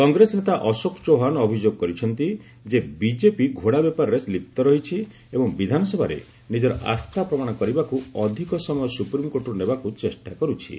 କଂଗ୍ରେସ ନେତା ଅଶୋକ ଚୌହାଣ ଅଭିଯୋଗ କରିଛନ୍ତି ଯେ ବିଜେପି ଘୋଡ଼ା ବେପାରରେ ଲିପ୍ତ ରହିଛି ଏବଂ ବିଧାନସଭାରେ ନିଜର ଆସ୍ଥା ପ୍ରମାଣ କରିବାକୁ ଅଧିକ ସମୟ ସୁପ୍ରିମକୋର୍ଟରୁ ନେବାକୁ ଚେଷ୍ଟା କର୍ତ୍ଥି